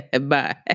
Bye